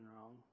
wrong